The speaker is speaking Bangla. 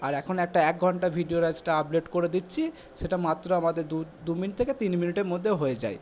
আর এখন একটা এক ঘন্টার ভিডিও আপলোড করে দিচ্ছি সেটা মাত্র আমাদের দু মিনিট থেকে তিন মিনিটের মধ্যে হয়ে যায়